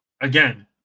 again